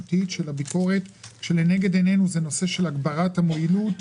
הביקורת, כשלנגד עינינו הנושא של הגברת המועילות,